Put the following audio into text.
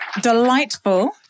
delightful